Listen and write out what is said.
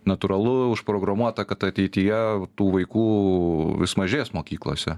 natūralu užprogramuota kad ateityje tų vaikų vis mažės mokyklose